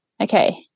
okay